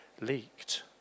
leaked